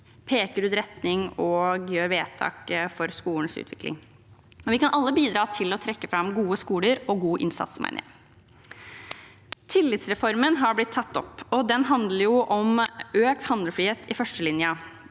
peker ut en retning og gjør vedtak for skolens utvikling. Vi kan alle bidra til å trekke fram gode skoler og god innsats, mener jeg. Tillitsreformen har blitt tatt opp, og den handler jo om økt handlefrihet i førstelinjen.